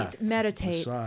meditate